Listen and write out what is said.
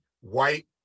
white